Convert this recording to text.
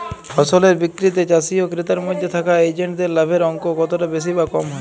ফসলের বিক্রিতে চাষী ও ক্রেতার মধ্যে থাকা এজেন্টদের লাভের অঙ্ক কতটা বেশি বা কম হয়?